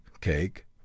cake